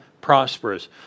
prosperous